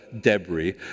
debris